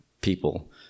people